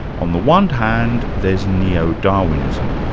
on the one hand there's neo-darwinism,